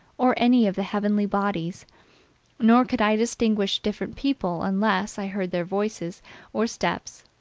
or any of the heavenly bodies nor could i distinguish different people, unless i heard their voices or steps,